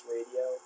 Radio